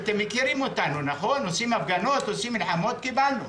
עשינו מלחמות וקיבלנו.